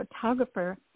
photographer